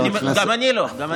גם אני לא.